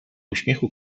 uśmiechu